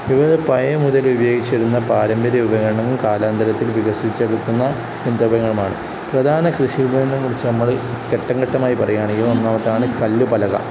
വിവധ പഴയ മുതൽ ഉപയോഗിച്ചിരുന്ന പാരമ്പര്യ ഉപകരണവും കാലാന്തരത്തിൽ വികസിച്ചെടുക്കുന്ന സന്ദർഭങ്ങളുമാണ് പ്രധാന കൃഷി ഉപകരണത്തെക്കുറിച്ച് നമ്മൾ ഘട്ടം ഘട്ടമായി പറയുകയാണെങ്കിൽ ഒന്നാമത്തേതാണ് കല്ലു പലക